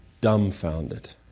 dumbfounded